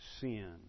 sin